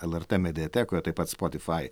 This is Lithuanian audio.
lrt mediatekoje taip pat spotify